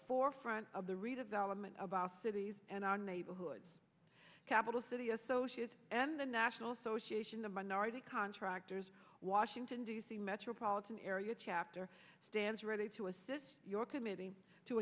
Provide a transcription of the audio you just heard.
forefront of the redevelopment of our cities and our neighborhoods capital city associates and the national association of minority contractors washington d c metropolitan area chapter stands ready to assist your committee to